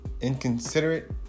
inconsiderate